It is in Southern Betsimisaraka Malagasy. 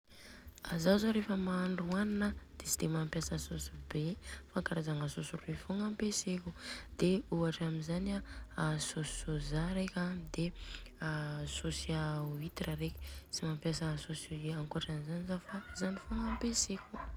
Zaho zô reva mahandro hanina de tsy de mampiasa saosy be fa karazagna saosy roy fogna ampeseko. Ohatra amizany an a saosy sôza reka an de saosy huitre reka, tsy mampiasa saosy ankoatran'izany zao fa zany fogna ampesako.